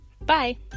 Bye